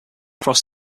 cross